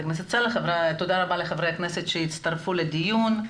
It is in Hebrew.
תודה רבה לחברי הכנסת שהצטרפו לדיון.